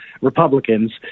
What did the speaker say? Republicans